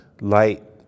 light